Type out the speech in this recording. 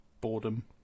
boredom